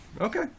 Okay